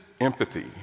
empathy